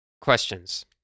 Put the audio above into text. questions